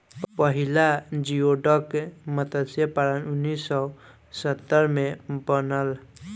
पहिला जियोडक मतस्य पालन उन्नीस सौ सत्तर में बनल